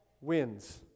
wins